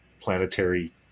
Planetary